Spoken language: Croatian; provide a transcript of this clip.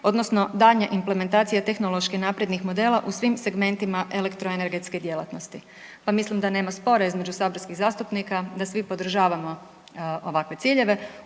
odnosno daljnja implementacija tehnološki naprednih modela u svim segmentima elektroenergetske djelatnosti. Pa mislim da nema spora između saborskih zastupnika da svi podržavamo ovakve ciljeve.